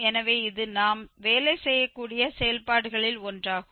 எனவே இது நாம் வேலை செய்யக்கூடிய செயல்பாடுகளில் ஒன்றாகும்